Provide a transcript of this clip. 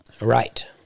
Right